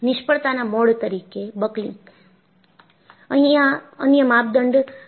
નિષ્ફળતા ના મોડ તરીકે બકલિંગ અહિયાં અન્ય માપદંડ શું છે